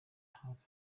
hafi